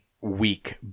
weak